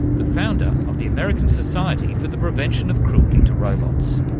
the founder of the american society for the prevention of cruelty to robots.